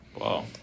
wow